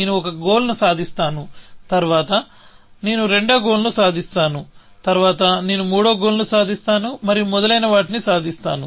నేను ఒక గోల్ ని సాధిస్తాను తరువాత నేను రెండో గోల్ సాధిస్తాను తరువాత నేను మూడో గోల్ సాధిస్తాను మరియు మొదలైనవాటిని సాధిస్తాను